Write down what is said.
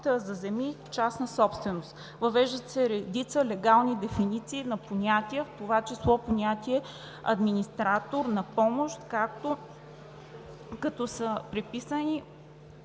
Въвеждат се редица легални дефиниции на понятия, в това число понятие за „администратор на помощ“, като са разписани